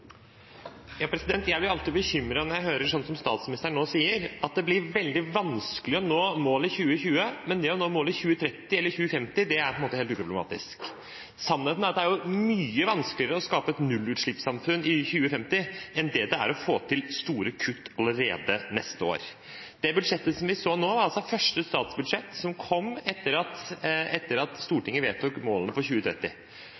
Jeg blir alltid bekymret når jeg hører slikt som statsministeren nå sier, at det blir veldig vanskelig å nå målet i 2020, men at det å nå målet i 2030 eller 2050 – på en måte – er helt uproblematisk. Sannheten er at det er jo mye vanskeligere å skape et nullutslippssamfunn i 2050 enn det er å få til store kutt allerede neste år. Det budsjettet som vi så nå, var altså første statsbudsjett som kom etter at Stortinget vedtok målene for 2030.